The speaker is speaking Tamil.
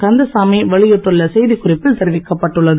கந்தசாமி வெளியிட்டுள்ள செய்திக்குறிப்பில் தெரிவிக்கப்பட்டுள்ளது